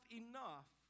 enough